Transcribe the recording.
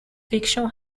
fiction